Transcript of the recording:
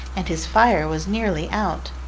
and his fire was nearly out.